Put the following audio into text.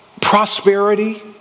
prosperity